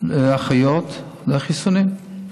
אחיות לחיסונים.